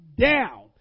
down